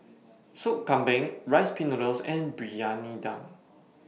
Soup Kambing Rice Pin Noodles and Briyani Dum